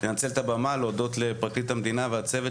אני רוצה לנצל את הבמה להודות לפרקליט המדינה והצוות